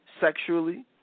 sexually